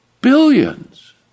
billions